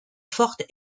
forte